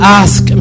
ask